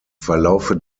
verlaufe